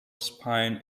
spine